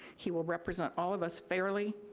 he will represent all of us fairly.